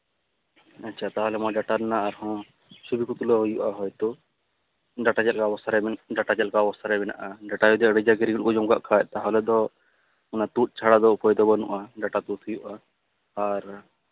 ᱟᱪᱪᱷᱟ ᱛᱟᱦᱚᱞᱮ ᱟᱢᱟ ᱰᱟᱴᱟ ᱨᱮᱱᱟᱜ ᱟᱨᱦᱚᱸ ᱪᱷᱚᱵᱤ ᱠᱚ ᱛᱩᱞᱟᱹᱣ ᱦᱩᱭᱩᱜᱼᱟ ᱦᱚᱭᱛᱳ ᱰᱟᱴᱟ ᱪᱮᱫ ᱞᱮᱠᱟ ᱚᱵᱚᱥᱛᱷᱟᱨᱮ ᱰᱟᱴᱟ ᱪᱮᱫ ᱞᱮᱠᱟ ᱚᱵᱚᱥᱛᱷᱟᱨᱮ ᱢᱮᱱᱟᱜᱼᱟ ᱰᱟᱴᱟ ᱡᱩᱫᱤ ᱟᱹᱰᱤ ᱡᱟᱸᱠ ᱨᱤᱸᱜᱩᱫ ᱠᱚ ᱡᱚᱢ ᱟᱠᱟᱫ ᱠᱷᱟᱱ ᱛᱟᱦᱚᱞᱮ ᱫᱚ ᱚᱱᱟ ᱛᱩᱫᱽ ᱪᱷᱟᱲᱟ ᱫᱚ ᱩᱯᱟᱹᱭ ᱫᱚ ᱵᱟᱹᱱᱩᱜᱼᱟ ᱰᱟᱴᱟ ᱛᱩᱫ ᱦᱩᱭᱩᱜᱼᱟ ᱟᱨ